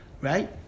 Right